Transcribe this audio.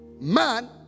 Man